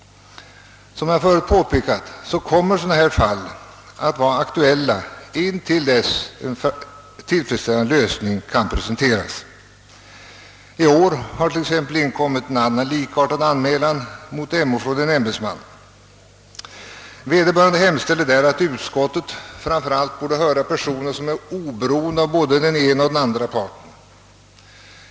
Som jag förut påpekat, kommer sådana här fall att vara aktuella intill dess att en tillfredsställande lösning kan presenteras. I år har t.ex. inkommit en annan likartad anmälan mot MO från en ämbetsman. Vederbörande hemställer där att utskottet framför allt borde höra personer som är oberoende av både den ena och den andra parten.